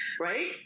right